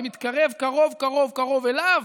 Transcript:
זה מתקרב קרוב קרוב אליו?